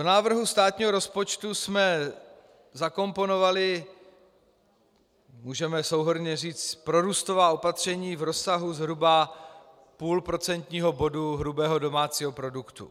Do návrhu státního rozpočtu jsme zakomponovali, můžeme souhrnně říct, prorůstová opatření v rozsahu zhruba půl procentního bodu hrubého domácího produktu.